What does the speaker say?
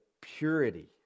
purity